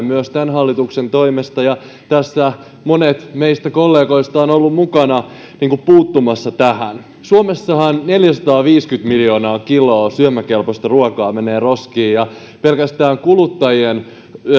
myös tämän hallituksen toimesta ja monet meistä kollegoista ovat olleet mukana puuttumassa tähän suomessahan neljäsataaviisikymmentä miljoonaa kiloa syömäkelpoista ruokaa menee roskiin ja pelkästään kuluttajien